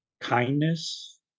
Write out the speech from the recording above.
kindness